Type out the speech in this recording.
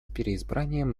переизбранием